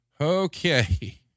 Okay